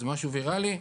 זה משהו ויראלי,